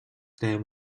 them